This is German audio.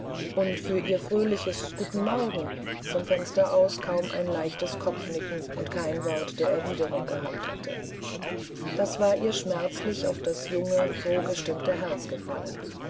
und für ihr fröhliches guten morgen vom fenster aus kaum ein leichtes kopfnicken und kein wort der erwiderung gehabt hatte das war ihr schmerzlich auf das junge froh gestimmte herz gefallen